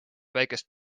väikest